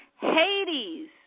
Hades